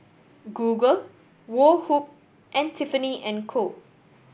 Google Woh Hup and Tiffany and Co